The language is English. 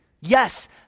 Yes